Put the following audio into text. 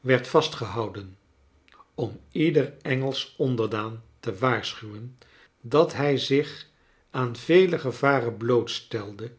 werd vastgehouden om ieder engelsch onderdaan te waarschuwen dat hij zich aan vele gevaren blootstelde